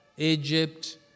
Egypt